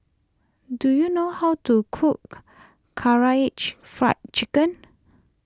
do you know how to cook Karaage Fried Chicken